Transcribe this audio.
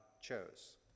chose